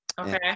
okay